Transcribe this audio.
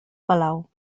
palau